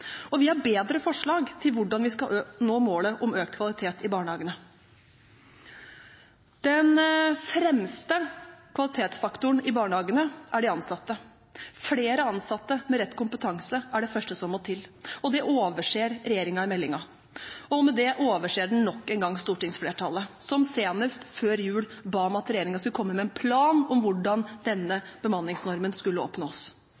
arbeid. Vi har bedre forslag til hvordan vi skal nå målet om økt kvalitet i barnehagene. Den fremste kvalitetsfaktoren i barnehagene er de ansatte. Flere ansatte med rett kompetanse er det første som må til. Det overser regjeringen i meldingen, og med det overser den nok en gang stortingsflertallet, som senest før jul ba om at regjeringen skulle komme med en plan for hvordan denne bemanningsnormen skulle oppnås.